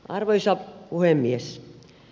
arvoisa puhemies